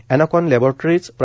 एनाकॉन laboratories प्रा